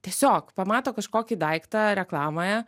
tiesiog pamato kažkokį daiktą reklamoje